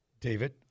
David